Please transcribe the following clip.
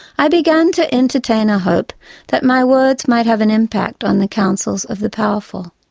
i began to entertain a hope that my words might have an impact on the councils of the powerful.